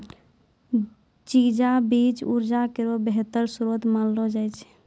चिया बीज उर्जा केरो बेहतर श्रोत मानलो जाय छै